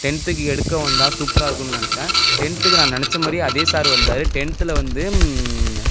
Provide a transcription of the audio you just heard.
டென்த்துக்கு எடுக்க வந்தா சூப்பராக இருக்குன்னு நினச்சேன் டென்த்துக்கு நன நினச்ச மாதிரியே அதே சாரு வந்தார் டென்த்தில் வந்து